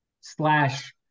slash